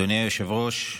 אדוני היושב-ראש.